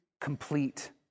complete